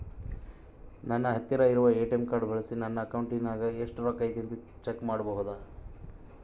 ನನ್ನ ಹತ್ತಿರ ಇರುವ ಎ.ಟಿ.ಎಂ ಕಾರ್ಡ್ ಬಳಿಸಿ ನನ್ನ ಅಕೌಂಟಿನಾಗ ಎಷ್ಟು ರೊಕ್ಕ ಐತಿ ಅಂತಾ ಚೆಕ್ ಮಾಡಬಹುದಾ?